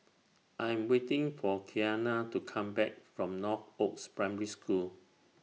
I Am waiting For Kiana to Come Back from Northoaks Primary School